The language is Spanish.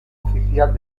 oficial